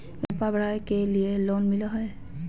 व्यापार बढ़ावे के लिए लोन मिलो है?